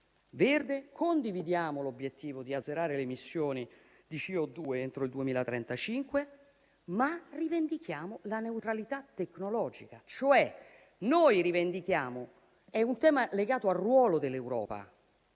verde; condividiamo l'obiettivo di azzerare le emissioni di CO2 entro il 2035, ma rivendichiamo la neutralità tecnologica. È un tema legato al ruolo dell'Europa.